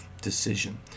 decision